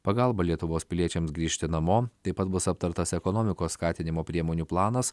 pagalbą lietuvos piliečiams grįžti namo taip pat bus aptartas ekonomikos skatinimo priemonių planas